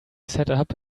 setup